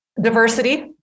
diversity